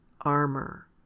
ARMOR